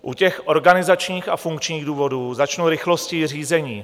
U těch organizačních a funkčních důvodů začnu rychlostí řízení.